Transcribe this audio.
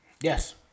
Yes